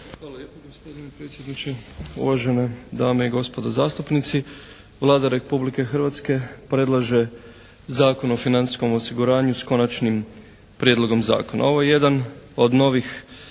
Hvala lijepa gospodine predsjedniče, uvažene dame i gospodo zastupnici. Vlada Republike Hrvatske predlaže Zakon o financijskom osiguranju s konačnim prijedlogom zakona. Ovo je jedan od novih